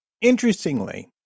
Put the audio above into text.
interestingly